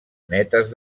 netes